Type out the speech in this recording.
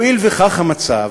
הואיל וכך המצב,